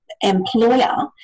employer